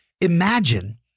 Imagine